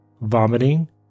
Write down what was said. vomiting